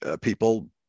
people